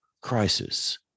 crisis